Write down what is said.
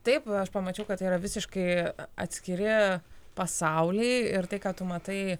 taip aš pamačiau kad tai yra visiškai atskiri pasauliai ir tai ką tu matai